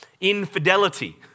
infidelity